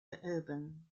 interurban